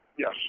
Yes